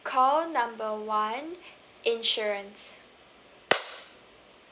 call number one insurance